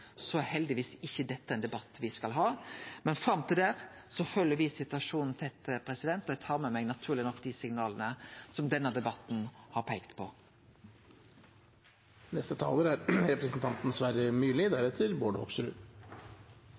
er heldigvis ikkje dette ein debatt me skal ha. Men fram til det følgjer me situasjonen tett, og eg tar naturleg nok med meg dei signala som denne debatten har peikt